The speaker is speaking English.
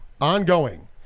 ongoing